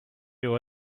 you